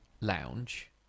lounge